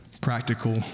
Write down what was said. Practical